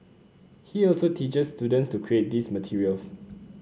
he also teaches students to create these materials